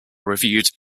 reviewed